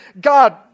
God